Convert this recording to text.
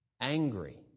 angry